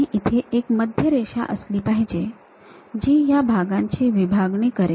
आणि इथे एक मध्यरेषा असली पाहिजे जी या भागांची विभागणी करेल